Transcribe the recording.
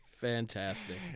Fantastic